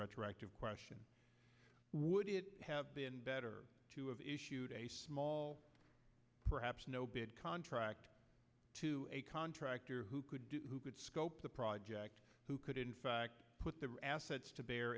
retroactive question would it have been better to have issued a small perhaps no bid contract to a contractor who could do who could scope the project who could put the assets to bear